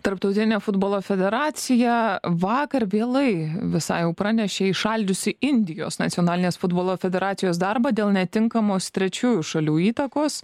tarptautinė futbolo federacija vakar vėlai visai jau pranešė įšaldžiusi indijos nacionalinės futbolo federacijos darbą dėl netinkamos trečiųjų šalių įtakos